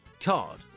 card